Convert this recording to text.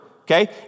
okay